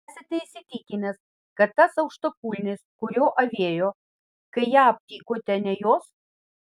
esate įsitikinęs kad tas aukštakulnis kuriuo avėjo kai ją aptikote ne jos